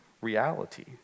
reality